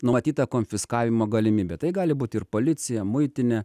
numatyta konfiskavimo galimybė tai gali būti ir policija muitinė